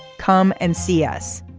come and see us.